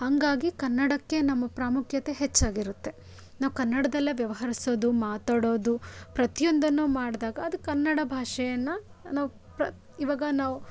ಹಂಗಾಗಿ ಕನ್ನಡಕ್ಕೆ ನಮ್ಮ ಪ್ರಾಮುಖ್ಯತೆ ಹೆಚ್ಚಾಗಿರುತ್ತೆ ನಾವು ಕನ್ನಡದಲ್ಲೇ ವ್ಯವಹರಿಸೋದು ಮಾತಾಡೋದು ಪ್ರತಿಯೊಂದನ್ನು ಮಾಡಿದಾಗ ಅದು ಕನ್ನಡ ಭಾಷೆಯನ್ನು ನಾವು ಪ್ರ ಇವಾಗ ನಾವು